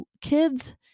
Kids